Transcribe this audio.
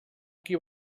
qui